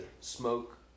smoke